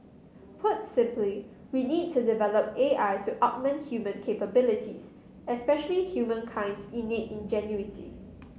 put simply we needs to develop A I to augment human capabilities especially humankind's innate ingenuity